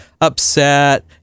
upset